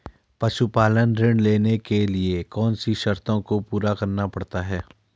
पशुपालन ऋण लेने के लिए कौन सी शर्तों को पूरा करना पड़ता है?